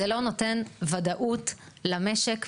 זה לא נותן וודאות למשק,